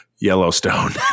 Yellowstone